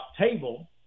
table